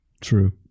True